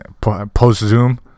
post-zoom